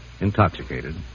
Intoxicated